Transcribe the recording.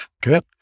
Good